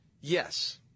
Yes